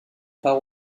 par